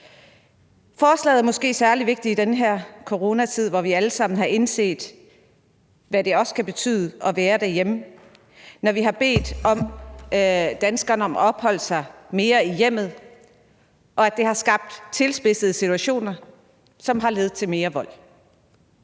Forslaget er måske særlig vigtigt i den her coronatid, hvor vi alle sammen har indset, hvad det også kan betyde at være derhjemme, når vi har bedt danskerne om at opholde sig mere i hjemmet, og når det har skabt tilspidsede situationer, som har ledt til mere vold.